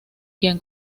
quien